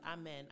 Amen